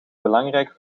belangrijk